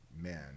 men